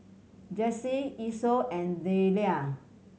Jessee Esau and Delia